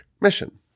mission